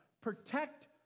Protect